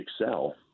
excel